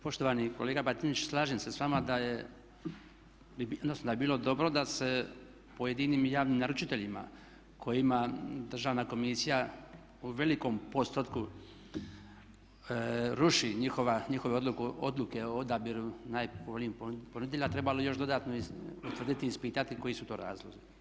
Poštovani kolega Batinić, slažem se sa vama da je, odnosno da bi bilo dobro da se pojedinim javnim naručiteljima kojima Državna komisija u velikom postotku ruši njihove odluke o odabiru najpovoljnijih ponuda trebalo još dodatno utvrditi, ispitati koji su to razlozi.